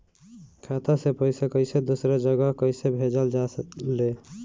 खाता से पैसा कैसे दूसरा जगह कैसे भेजल जा ले?